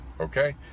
okay